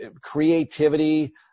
creativity